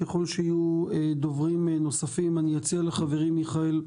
ככל שיהיו דוברים נוספים, אציע לחברי מיכאל,